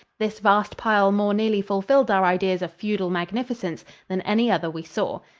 this vast pile more nearly fulfilled our ideas of feudal magnificence than any other we saw.